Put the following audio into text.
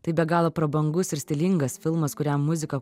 tai be galo prabangus ir stilingas filmas kuriam muziką